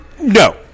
No